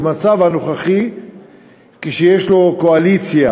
במצב הנוכחי כשיש לו קואליציה